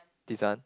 this one